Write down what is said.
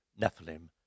Nephilim